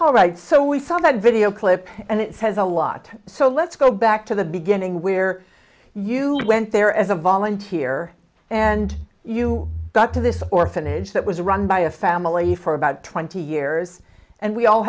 all right so we saw that video clip and it says a lot so let's go back to the beginning where you went there as a volunteer and you got to this orphanage that was run by a family for about twenty years and we all